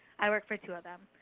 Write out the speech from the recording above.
i work for two of them,